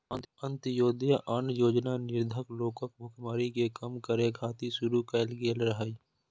अंत्योदय अन्न योजना निर्धन लोकक भुखमरी कें कम करै खातिर शुरू कैल गेल रहै